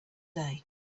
day